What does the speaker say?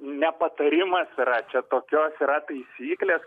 ne patarimas yra čia tokios yra taisyklės